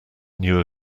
knew